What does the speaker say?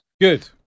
good